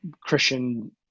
Christian